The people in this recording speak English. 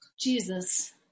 Jesus